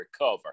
recover